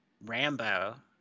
Rambo